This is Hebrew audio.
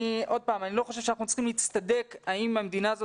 אני לא חושב שאנחנו צריכים להצטדק האם המדינה הזאת